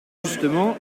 justement